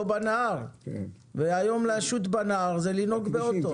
בנהר והיום לשוט בנהר זה לנהוג באוטו,